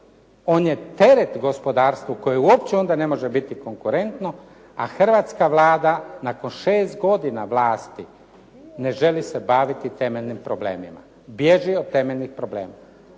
on je teret gospodarstvu koje uopće onda ne može biti konkurentno, a hrvatska Vlada nakon 6 godina vlasti ne želi se baviti temeljnim problemima. Bježi od temeljnih problema